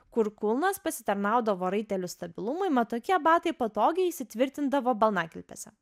kur kulnas pasitarnaudavo raitelių stabilumui mat tokie batai patogiai įsitvirtindavo balnakilpėse